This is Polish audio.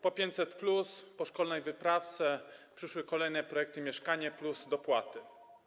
Po 500+, po szkolnej wyprawce przyszły kolejne projekty, „Mieszkanie+”, dopłaty.